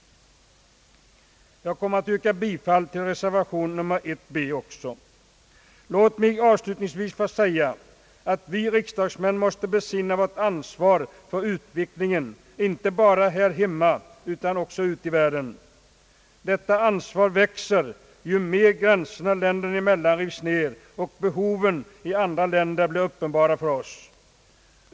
Jag kommer att yrka bifall också till reservation nr 1b. Låt mig avslutningsvis få säga att vi riksdagsmän måste besinna vårt ansvar för utvecklingen inte bara här hemma utan också ute i världen. Detta ansvar växer ju mer gränserna länderna emellan rivs ned och behoven i andra länder blir uppenbara för oss.